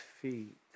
feet